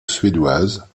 suédoises